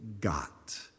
got